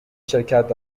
شرکت